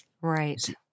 right